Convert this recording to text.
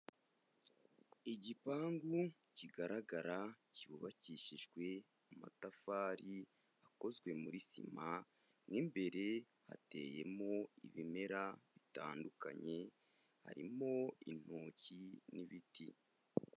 Igipangu kigaragara cyubakishijwe amatafari akozwe muri sima mo imbere hateyemo ibimera bitandukanye, harimo intoki n'ibiti.